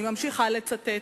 אני ממשיכה לצטט: